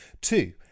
two